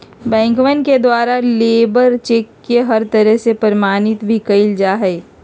बैंकवन के द्वारा लेबर चेक के हर तरह से प्रमाणित भी कइल जा हई